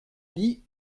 lit